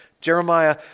Jeremiah